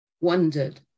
wondered